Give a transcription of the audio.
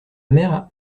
mère